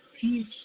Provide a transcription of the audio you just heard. peace